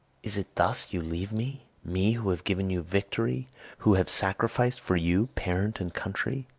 is it thus you leave me me who have given you victory who have sacrificed for you parent and country!